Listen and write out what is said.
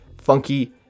funky